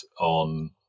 on